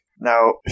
Now